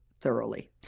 thoroughly